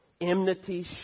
enmity